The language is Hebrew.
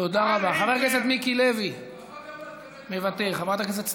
תודה רבה, חבר הכנסת עיסאווי פריג'.